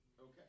Okay